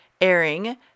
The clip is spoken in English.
airing